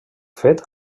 fet